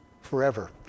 forever